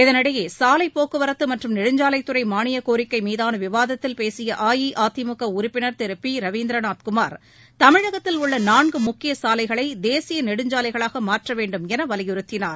இதனிடையே சாலைப்போக்குவரத்து மற்றும் நெடுஞ்சாலைத்துறை மானியக்கோரிக்கை மீதான விவாதத்தில் பேசிய அஇஅதிமுக உறுப்பினர் திரு பி ரவீந்திரநாத் குமார் தமிழகத்தில் உள்ள நான்கு முக்கிய சாலைகளை தேசிய நெடுஞ்சாலைகளாக மாற்ற வேண்டும் என வலியுறுத்தினார்